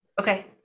Okay